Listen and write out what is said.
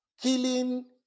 killing